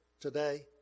today